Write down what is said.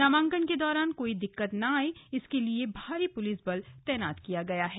नामाकन के दौरान कोई दिक्कत ना आये इसके लिए भारी पुलिस बल को तैनात किया गया है